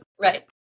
Right